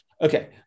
Okay